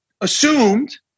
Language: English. assumed